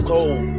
Cold